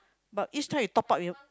but each time you top up you